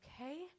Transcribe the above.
Okay